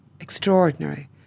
extraordinary